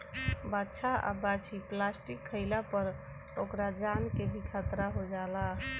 बाछा आ बाछी प्लास्टिक खाइला पर ओकरा जान के भी खतरा हो जाला